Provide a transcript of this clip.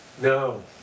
No